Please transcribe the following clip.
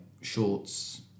shorts